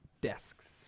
Desks